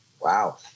wow